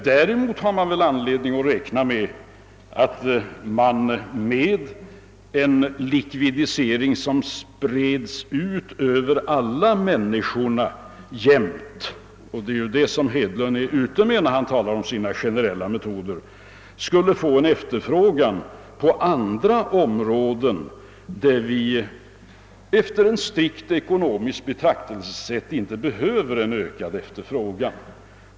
Däremot har vi anledning att räkna med att vi genom likvidisering som spreds ut jämnt över alla människor — och det är ju det som herr Hedlund är ute efter, när han talar om sina generella metoder — skulle få en efterfrågan på andra områden, där vi efter ett strikt ekonomiskt betraktelsesätt inte behöver en ökad efterfrågan.